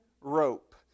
rope